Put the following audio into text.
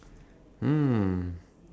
mm